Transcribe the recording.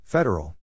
Federal